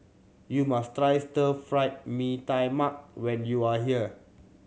you must try Stir Fry Mee Tai Mak when you are here